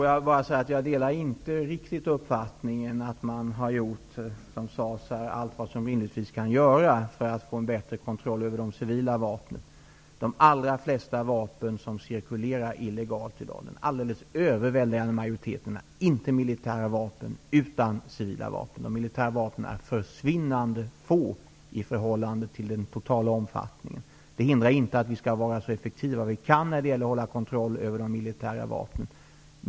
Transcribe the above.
Herr talman! Jag delar inte riktigt uppfattningen att man har gjort allt vad som rimligtvis kan göras för att få en bättre kontroll över de civila vapnen, som sades här. De allra flesta vapen som cirkulerar illegalt i dag, den alldeles överväldigande majoriteten, är inte militära vapen utan civila vapen. De militära vapnen är försvinnande få i förhållande till den totala omfattningen. Det hindrar inte att vi skall vara så effektiva vi kan när det gäller att ha kontroll över de militära vapnen.